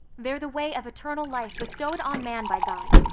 they're the way of eternal life bestowed on man by god.